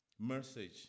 message